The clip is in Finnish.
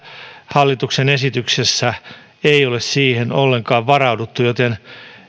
hallituksen esityksessä ei ole siihen ollenkaan varauduttu joten